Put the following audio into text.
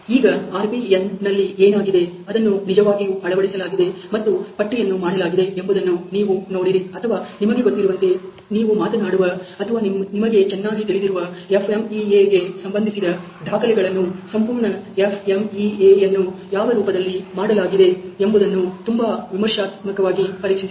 ಈಗ RPN ನಲ್ಲಿ ಏನಾಗಿದೆ ಅದನ್ನು ನಿಜವಾಗಿಯೂ ಅಳವಡಿಸಲಾಗಿದೆ ಮತ್ತು ಪಟ್ಟಿಯನ್ನು ಮಾಡಲಾಗಿದೆ ಎಂಬುದನ್ನು ನೀವು ನೋಡಿರಿ ಅಥವಾ ನಿಮಗೆ ಗೊತ್ತಿರುವಂತೆ ಈ ನೀವು ಮಾತನಾಡುವ ಅಥವಾ ನಿಮಗೆ ಚೆನ್ನಾಗಿ ತಿಳಿದಿರುವ FMEA ಗೆ ಸಂಬಂಧಿಸಿದ ದಾಖಲೆಗಳನ್ನು ಸಂಪೂರ್ಣ FMEA ಯನ್ನು ಯಾವ ರೂಪದಲ್ಲಿ ಮಾಡಲಾಗಿದೆ ಎಂಬುದನ್ನು ತುಂಬಾ ವಿಮರ್ಶಾತ್ಮಕವಾಗಿ ಪರೀಕ್ಷಿಸಿ